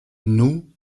nous